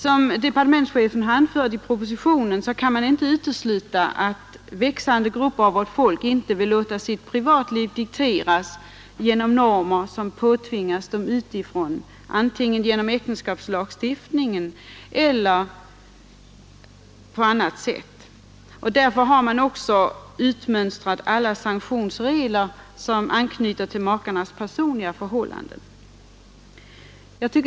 Som departementschefen anför i propositionen kan man inte utesluta att växande grupper av vårt folk inte vill låta sitt privatliv dikteras genom normer som påtvingats dem utifrån antingen genom äktenskapslagstiftningen eller på annat sätt. Därför har man också utmönstrat alla sanktionsregler som anknyter till makarnas personliga förhållanden.